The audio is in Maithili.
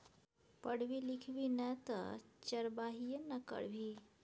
पढ़बी लिखभी नै तँ चरवाहिये ने करभी